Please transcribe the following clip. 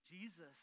Jesus